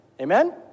amen